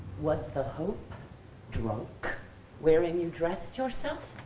was the hope drunk wherein you dressed yourself?